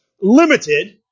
limited